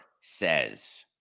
says